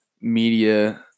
media